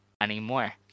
anymore